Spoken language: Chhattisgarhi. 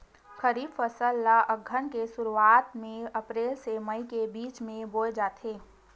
खरीफ फसल ला अघ्घन के शुरुआत में, अप्रेल से मई के बिच में बोए जाथे